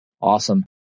Awesome